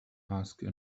asked